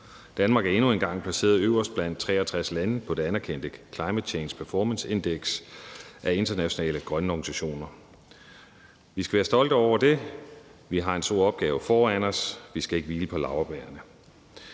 Danmark er endnu en gang placeret øverst blandt 63 lande på det anerkendte Climate Change Performance Index af internationale grønne organisationer. Vi skal være stolte over det, men vi har en stor opgave foran os, så vi skal ikke hvile på laurbærrene.